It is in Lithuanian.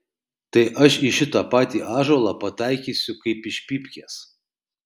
tai aš į šitą patį ąžuolą pataikysiu kaip iš pypkės